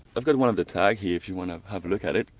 i've got one of the tags here if you want to have a look at it.